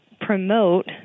promote